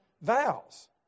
vows